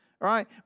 Right